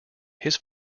his